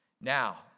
Now